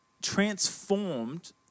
transformed